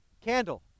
candle